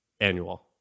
annual